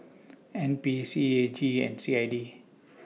N P C A G and C I D